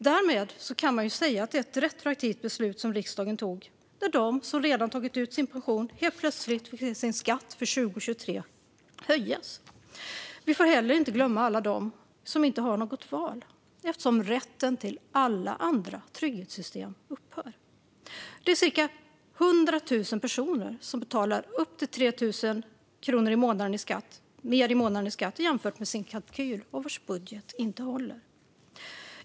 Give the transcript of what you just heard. Därmed kan man säga att det är ett retroaktivt beslut som riksdagen tog där de som redan tagit ut sin pension helt plötsligt fick se sin skatt för 2023 höjas. Vi får inte heller glömma alla de som inte har något val, eftersom rätten till alla andra trygghetssystem upphör. Det är cirka 100 000 personer som betalar upp till 3 000 kronor mer i månaden i skatt jämfört med sin kalkyl och vars budget inte håller.